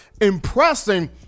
impressing